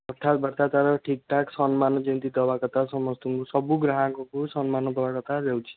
କଥାବାର୍ତ୍ତା ତାର ଠିକ ଠାକ ସମ୍ମାନ ଯେମିତି ଦେବାକଥା ସମସ୍ତଙ୍କୁ ସବୁ ଗ୍ରାହକଙ୍କୁ ସମ୍ମାନ ଦେବାକଥା ଯାଉଛି